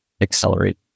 accelerate